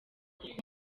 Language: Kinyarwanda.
kuko